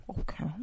okay